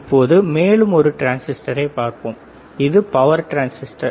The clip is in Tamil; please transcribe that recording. இப்பொழுது மேலும் ஒரு டிரான்சிஸ்டரைப் பார்ப்போம் இது பவர் டிரான்சிஸ்டர்